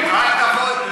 רק תבואי.